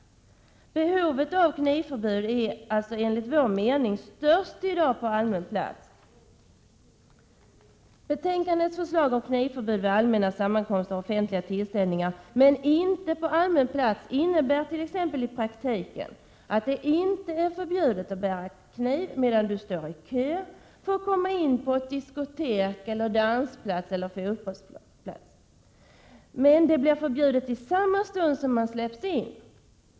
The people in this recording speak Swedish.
Behovet av knivförbud är enligt vår mening i dag störst på allmän plats. Förslaget i betänkandet om knivförbud vid allmänna sammankomster och offentliga tillställningar, men inte på allmän plats, innebär i praktiken att det inte är förbjudet att bära kniv medan man står i kö för att komma in på ett diskotek, en dansplats eller en idrottsplats. Men det blir förbjudet i samma stund man släpps in.